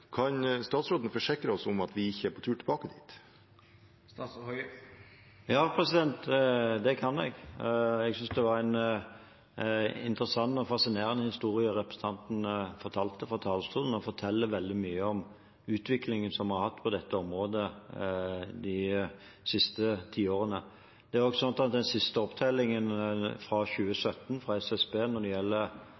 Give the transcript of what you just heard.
Kan statsråden forsikre oss om at vi ikke er på tur tilbake dit? Ja, det kan jeg. Jeg synes det var en interessant og fascinerende historie representanten fortalte fra talerstolen, og som forteller veldig mye om utviklingen som vi har hatt på dette området de siste tiårene. Den siste opptellingen – fra 2017 – fra SSB når det gjelder ambulanser, viser at